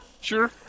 Sure